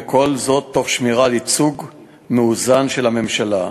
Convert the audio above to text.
וכל זאת תוך שמירה על ייצוג מאוזן של הממשלה,